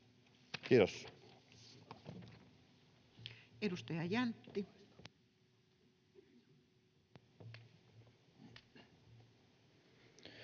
Kiitos.